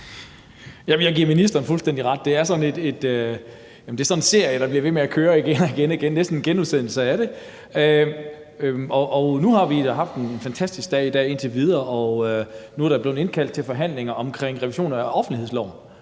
Jeg giver ministeren fuldstændig ret. Det er en genudsendelse, der bliver ved med at køre igen og igen, og nu har vi haft en fantastisk dag i dag indtil videre, og nu er der blevet indkaldt til forhandlinger om revision af offentlighedsloven,